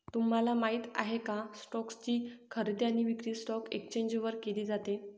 तुम्हाला माहिती आहे का? स्टोक्स ची खरेदी आणि विक्री स्टॉक एक्सचेंज वर केली जाते